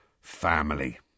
Family